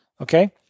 Okay